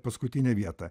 paskutinę vietą